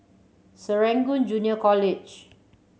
Serangoon Junior College